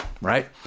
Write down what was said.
right